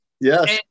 Yes